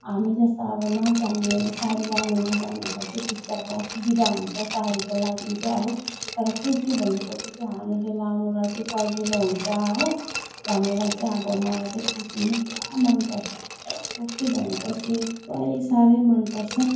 हामी जस्ता अब नजान्ने साडी लगाउन नजान्नेहरूलाई चाहिँ त्यस्तो अब असुविधा हुन्छ साडीको लागि चाहिँ अब तर कुर्ती भनेको चाहिँ हामीहरूले लगाउनुलाई चाहिँ सजिलो हुन्छ हो भनेर चाहिँ अब मलाई चाहिँ कुर्ती नै पुरा मनपर्छ कुर्ती भनेको चाहिँ पुरै साह्रै मनपर्छ